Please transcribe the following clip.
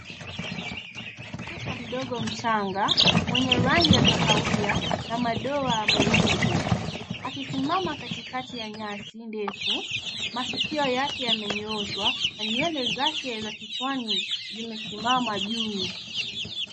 Twiga mdogo mchanga mwenye rangi ya kahawia na madoa meupe, akisimama katikati ya nyasi ndefu, masikio yake yamenyoshwa na nywele zake za kichwani zimesimama juu.